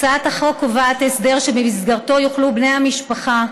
הצעת החוק קובעת הסדר שבמסגרתו יוכלו בני המשפחה,